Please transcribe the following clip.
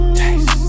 taste